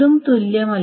ഇതും തുല്യമല്ല